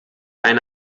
eine